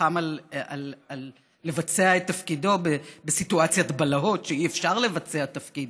נלחם לבצע את תפקידו בסיטואציית בלהות שאי-אפשר לבצע בה תפקיד.